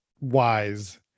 wise